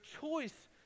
choice